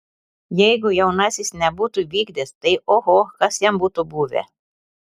jeigu jaunasis nebūtų vykdęs tai oho kas jam būtų buvę